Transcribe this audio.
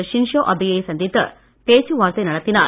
Shinzo அபேயை சந்தித்து பேச்சு வார்த்தை நடத்தினார்